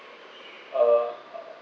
I will